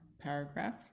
paragraph